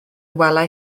welai